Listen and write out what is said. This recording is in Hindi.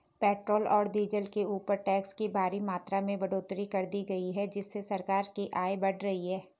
पेट्रोल और डीजल के ऊपर टैक्स की भारी मात्रा में बढ़ोतरी कर दी गई है जिससे सरकार की आय बढ़ रही है